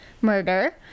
murder